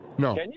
No